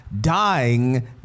dying